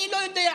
אני לא יודע,